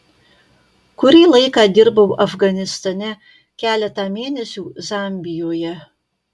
kurį laiką dirbau afganistane keletą mėnesių zambijoje